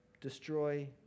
destroy